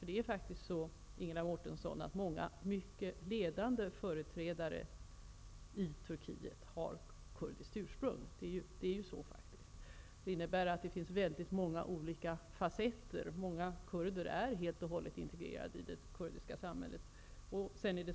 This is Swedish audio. Det är så, Ingela Mårtensson, att många mycket ledande företrädare i Turkiet har kurdiskt ursprung. Många kurder är helt och hållet integrerade i det turkiska samhället.